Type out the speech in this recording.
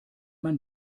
man